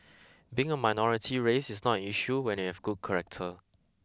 being a minority race is not an issue when you have good character